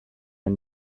and